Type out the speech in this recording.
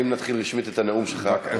האם נתחיל רשמית את הנאום שלך,